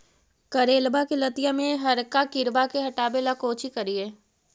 करेलबा के लतिया में हरका किड़बा के हटाबेला कोची करिए?